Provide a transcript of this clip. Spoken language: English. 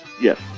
Yes